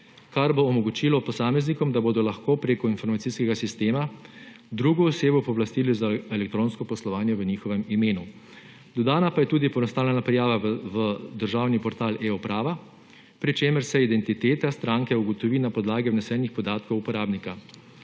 kar bo omogočilo posameznikom, da bodo lahko prek informacijskega sistema drugo osebo pooblastili za elektronsko poslovanje v njihovem imenu. Dodana pa je tudi poenostavljena prijava v državni portal eUprava, pri čemer se identiteta stranke ugotovi na podlagi vnesenih podatkov uporabnika.